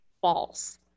false